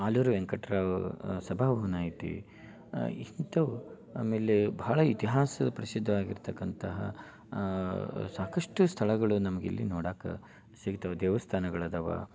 ಆಲೂರು ವೆಂಕಟ ರಾವ್ ಸಭಾ ಭವನ ಐತಿ ಇಂಥವು ಆಮೇಲೆ ಬಹಳ ಇತಿಹಾಸ ಪ್ರಸಿದ್ಧವಾಗಿರತಕ್ಕಂತಹ ಸಾಕಷ್ಟು ಸ್ಥಳಗಳು ನಮ್ಗೆ ಇಲ್ಲಿ ನೋಡೋಕ್ಕೆ ಸಿಗ್ತವೆ ದೇವಸ್ಥಾನಗಳು ಅದಾವ